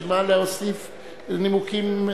בשביל מה להוסיף נימוקים?